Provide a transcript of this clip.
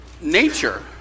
nature